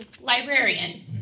librarian